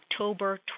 October